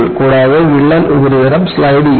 കൂടാതെ വിള്ളൽ ഉപരിതലം സ്ലൈഡുചെയ്യുന്നു